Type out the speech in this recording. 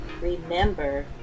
Remember